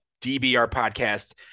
Dbrpodcast